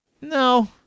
No